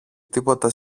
τίποτα